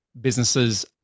businesses